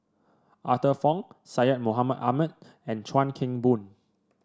Arthur Fong Syed Mohamed Ahmed and Chuan Keng Boon